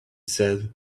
said